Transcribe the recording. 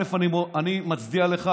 אני מצדיע לך.